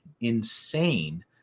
insane